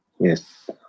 yes